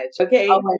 Okay